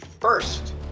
first